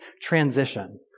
transition